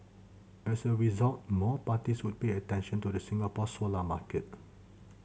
as a result more parties would pay attention to the Singapore solar market